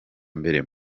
mbere